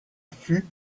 fut